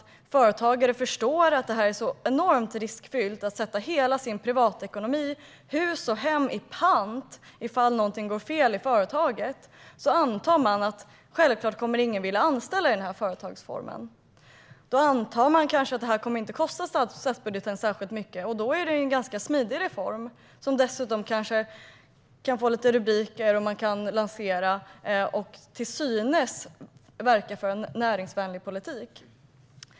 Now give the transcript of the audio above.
Eftersom företagare förstår att det är så enormt riskfyllt att sätta hela sin privatekonomi - hus och hem - i pant om någonting går fel i företaget antar man att ingen kommer att vilja anställa i denna företagsform. Man antar kanske att detta inte kommer att belasta statsbudgeten särskilt mycket. Då är det en ganska smidig reform som dessutom kanske kan få lite rubriker. Och då kan man verka för en till synes näringsvänlig politik.